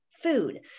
Food